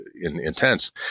intense